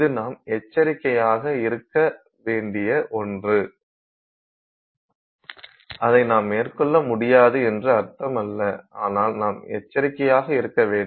இது நாம் எச்சரிக்கையாக இருக்க வேண்டிய ஒன்று அதை நாம் மேற்கொள்ள முடியாது என்று அர்த்தமல்ல ஆனால் நாம் எச்சரிக்கையாக இருக்க வேண்டும்